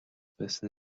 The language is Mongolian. байсан